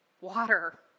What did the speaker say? Water